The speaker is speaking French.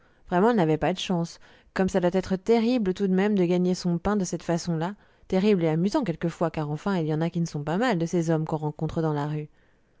vraiment elle n'avait pas de chance comme ça doit être terrible tout de même de gagner son pain de cette façon-là terrible et amusant quelquefois car enfin il y en a qui ne sont pas mal de ces hommes qu'on rencontre dans la rue